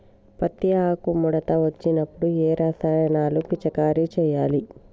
పత్తి ఆకు ముడత వచ్చినప్పుడు ఏ రసాయనాలు పిచికారీ చేయాలి?